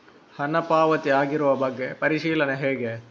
ಹಣ ಪಾವತಿ ಆಗಿರುವ ಬಗ್ಗೆ ಪರಿಶೀಲನೆ ಹೇಗೆ?